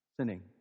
sinning